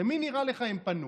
למי נראה לך שהם פנו?